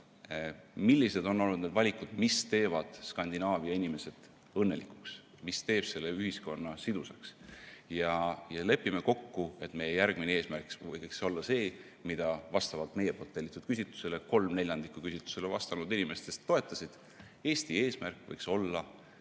millised on olnud need valikud, mis teevad Skandinaavia inimesed õnnelikuks, mis teeb selle ühiskonna sidusaks. Lepime kokku, et meie järgmine eesmärk võiks olla see, mida 3/4 meie tellitud küsitlusele vastanud inimestest toetasid: Eesti eesmärk võiks olla